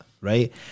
right